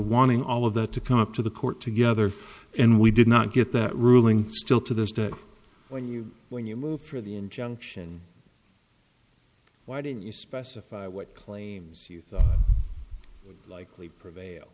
wanting all of that to come up to the court together and we did not get that ruling still to this day when you when you move for the injunction why did you specify what claims you likely prevail